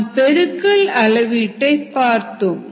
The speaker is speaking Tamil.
நாம் பெருக்கல் அளவீட்டை பார்த்தோம்